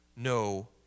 no